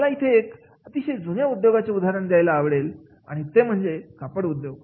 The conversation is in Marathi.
मला इथे एक अतिशय जुन्या उद्योगाचे उदाहरण द्यायला आवडेल ते म्हणजे कापड उद्योग